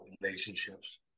relationships